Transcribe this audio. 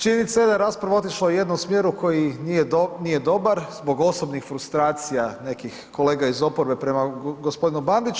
Činjenica je da je rasprava otišla u jednom smjeru koji nije dobar zbog osobnih frustracija nekih kolega iz oporbe prema gospodinu Bandiću.